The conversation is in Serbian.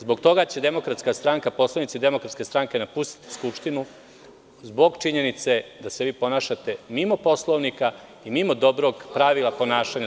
Zbog toga će Demokratska stranka, poslanici Demokratskestranke, napustiti Skupštinu, zbog činjenice da se vi ponašate mimo Poslovnika i mimo dobrog pravila ponašanja